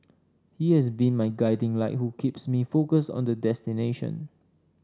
he has been my guiding light who keeps me focused on the destination